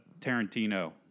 Tarantino